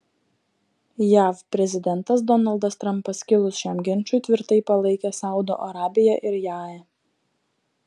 jav prezidentas donaldas trampas kilus šiam ginčui tvirtai palaikė saudo arabiją ir jae